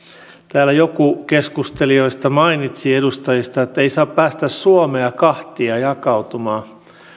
täällä joku keskustelijoista mainitsi edustajista että ei saa päästää suomea kahtia jakautumaan